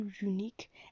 unique